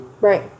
Right